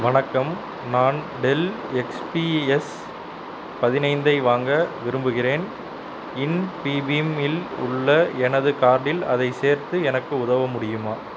வணக்கம் நான் Dell XPS பதினைந்தை வாங்க விரும்புகிறேன் இன்பீபீம் இல் உள்ள எனது கார்டில் அதைச் சேர்த்து எனக்கு உதவ முடியுமா